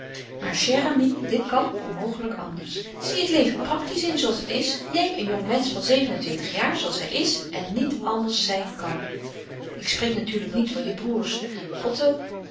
maar chère amie dit kan onmogelijk anders zie het leven practisch in zooals het is neem een jongmensch van zeven-en-twintig jaar zooals hij is en niet anders zijn kan ik spreek natuurlijk niet van je broêrs otto